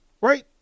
Right